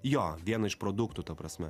jo viena iš produktų ta prasme